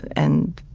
and,